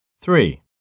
Three